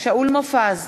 שאול מופז,